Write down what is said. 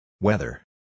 Weather